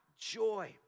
joy